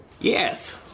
Yes